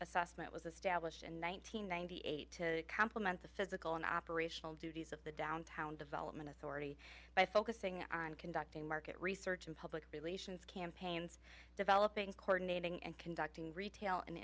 assessment was established in one thousand ninety eight to compliment the physical and operational duties of the downtown development authority by focusing on conducting market research and public relations campaigns developing cordoning and conducting retail an